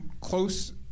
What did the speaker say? close